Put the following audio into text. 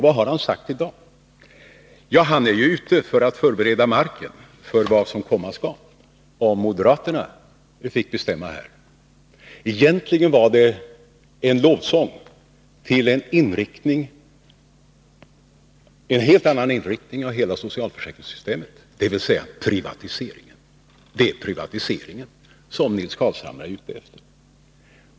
Vad har han sagt i dag? Jo, han är givetvis ute för att förbereda marken för vad som komma skall, om moderaterna får bestämma. Egentligen var det en lovsång till en helt annan inriktning av hela socialförsäkringssystemet, dvs. till privatiseringen. Det är privatiseringen som Nils Carlshamre är ute efter.